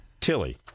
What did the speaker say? Tilly